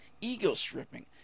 ego-stripping